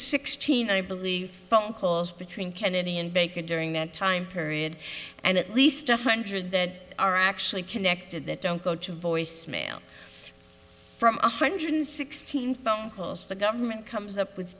sixteen i believe phone calls between kennedy and bacon during that time period and at least a hundred that are actually connected that don't go to voicemail from one hundred sixteen phone calls the government comes up with